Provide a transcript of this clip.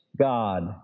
God